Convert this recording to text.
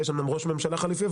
יש לנו היום ראש ממשלה חליפי,